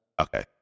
Okay